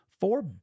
Four